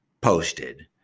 posted